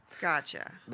Gotcha